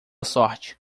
sorte